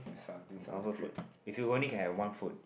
on food if you only can have one food